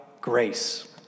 grace